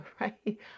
right